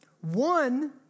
One